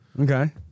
Okay